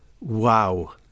Wow